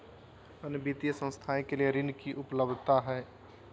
अन्य वित्तीय संस्थाएं के लिए ऋण की उपलब्धता है?